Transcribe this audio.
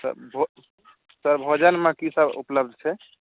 तऽ भोजनमे की सभ उपलब्ध छै